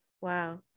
Wow